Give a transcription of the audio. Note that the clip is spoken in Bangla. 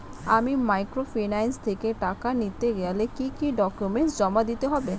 আমি মাইক্রোফিন্যান্স থেকে টাকা নিতে গেলে কি কি ডকুমেন্টস জমা দিতে হবে?